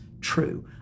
true